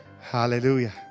Hallelujah